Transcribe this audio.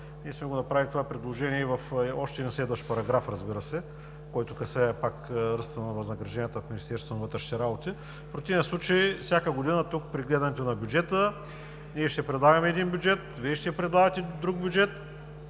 Ние сме го направили това предложение и в още един следващ параграф, разбира се, който касае пак ръста на възнагражденията в Министерството на вътрешните работи. В противен случай всяка година тук при гледането на бюджета ние ще предлагаме един бюджет, Вие ще предлагате друг бюджет,